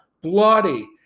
Bloody